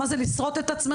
מה זה לשרוט את עצמך.